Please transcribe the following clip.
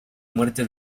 muerte